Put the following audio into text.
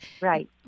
Right